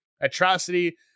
atrocity